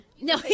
No